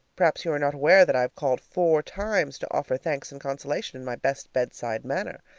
perhaps you are not aware that i have called four times to offer thanks and consolation in my best bed-side manner?